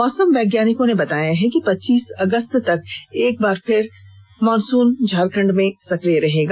मौसम वैज्ञानिकों ने बताया कि पच्चीस अगस्त तक एक बार फिर मानसून झारखंड में सक्रिय रहेगा